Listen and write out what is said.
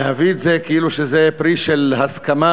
להביא את זה כאילו זה פרי של הסכמה